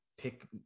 pick